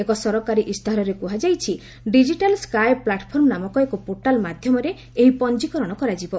ଏକ ସରକାରୀ ଇସ୍ତାହାରରେ କୁହାଯାଇଛି ଡିଜିଟାଲ୍ ସ୍କାଇ ପ୍ଲାଟ୍ଫର୍ମ ନାମକ ଏକ ପୋର୍ଟାଲ୍ ମାଧ୍ୟମରେ ଏହି ପଞ୍ଜିକରଣ କରାଯିବ